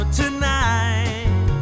tonight